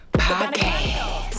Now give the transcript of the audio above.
podcast